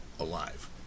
alive